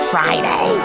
Friday